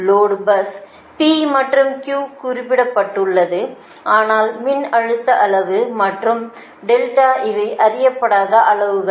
load bus P மற்றும் Q குறிப்பிடப்பட்டுள்ளது ஆனால் மின்னழுத்த அளவு மற்றும் இவை அறியப்படாத அளவுகள்